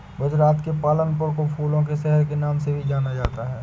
गुजरात के पालनपुर को फूलों के शहर के नाम से भी जाना जाता है